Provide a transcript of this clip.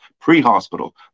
pre-hospital